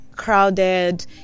crowded